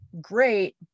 great